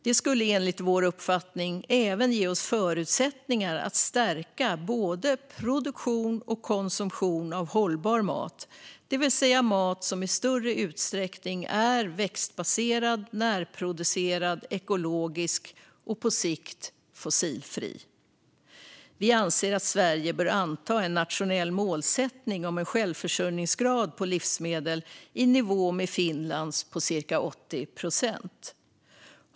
Det skulle enligt vår uppfattning även ge oss förutsättningar att stärka både produktion och konsumtion av hållbar mat, det vill säga mat som i större utsträckning är växtbaserad, närproducerad, ekologisk och på sikt fossilfri. Vi anser att Sverige bör anta en nationell målsättning om en självförsörjningsgrad på livsmedel i nivå med Finlands på cirka 80 procent.